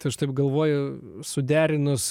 tai aš taip galvoju suderinus